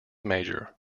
major